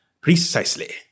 precisely